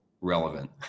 relevant